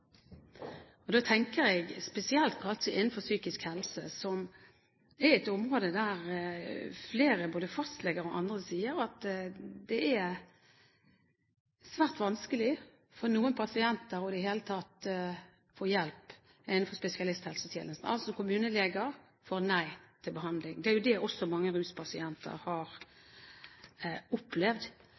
og da tenker jeg kanskje spesielt innenfor psykisk helse, som er et område der flere, både fastleger og andre, sier at det i det hele tatt er svært vanskelig for noen pasienter å få hjelp innenfor spesialisthelsetjenesten. Altså: Kommuneleger får nei til behandling. Det er jo det mange, også ruspasienter, har opplevd,